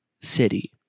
City